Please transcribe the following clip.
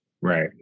right